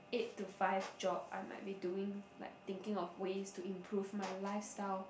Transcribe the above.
eight to five job I might be doing like thinking of ways to improve my lifestyle